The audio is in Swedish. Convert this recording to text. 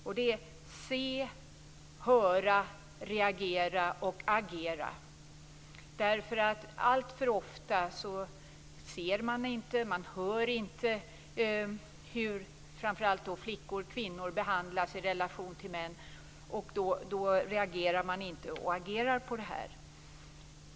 De är: se, höra, reagera och agera. Alltför ofta ser man inte och hör inte hur framför allt flickor och kvinnor behandlas i relation till pojkar och män, och då reagerar man inte och agerar utifrån det.